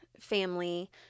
Family